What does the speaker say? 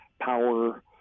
power